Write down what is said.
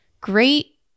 great